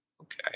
Okay